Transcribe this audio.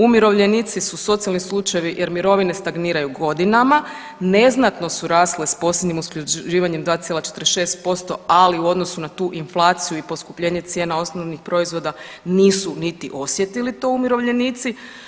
Umirovljenici su socijalni slučajevi jer mirovine stagniraju godinama, neznatno su rasle s posljednjim usklađivanjem 2,46% ali u odnosu na tu inflaciju i poskupljenja cijena osnovnih proizvoda nisu niti osjetili to umirovljenici.